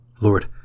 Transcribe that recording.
Lord